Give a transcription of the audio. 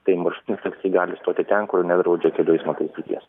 tai maršrutinis taksi gali stoti ten kur nedraudžia kelių eismo taisyklės